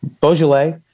Beaujolais